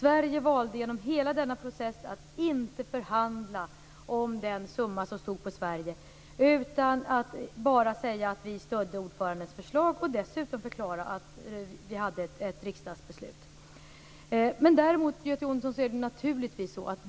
Vi valde genom hela denna process att inte förhandla om den summa som Sverige fått utan bara säga att vi stödde ordförandens förslag och dessutom förklara att det fanns ett riksdagsbeslut.